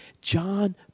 John